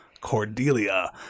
cordelia